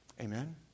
Amen